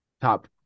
top